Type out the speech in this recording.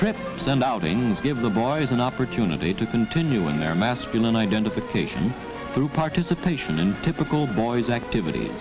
trip then outings give the boy is an opportunity to continue in their masculine identification through participation in typical boys activity